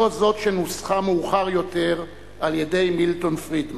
זאת שנוסחה מאוחר יותר על-ידי מילטון פרידמן.